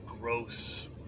gross